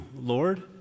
Lord